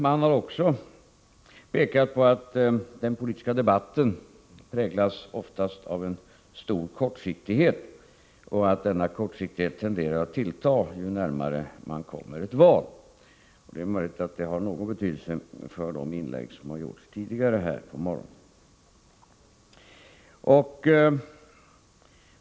Man har också pekat på att den politiska debatten oftast präglas av en stor kortsiktighet och att denna kortsiktighet tenderar att tillta, ju närmare man kommer ett val. Det är möjligt att det har en betydelse för de inlägg som gjorts tidigare här på morgonen.